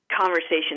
conversation